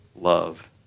love